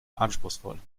anspruchsvoll